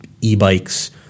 e-bikes